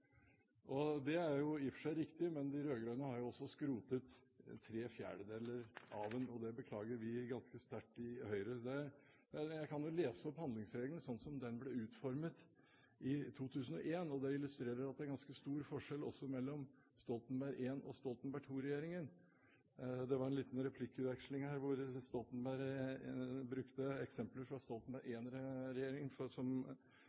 sterkt. Jeg kunne jo lese opp fra handlingsregelen slik som den ble utformet i 2001. Det illustrerer at det er en ganske stor forskjell også mellom Stoltenberg I-regjeringen og Stoltenberg II-regjeringen. Det var en liten replikkveksling her hvor Stoltenberg brukte eksempler fra Stoltenberg I-regjeringen som rettesnor for hva han sto for. Men det handlingsregelen også la vekt på, var at oljepengene skulle brukes til vekstfremmende tiltak som